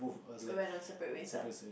go on our separate ways ah